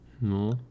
No